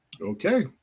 Okay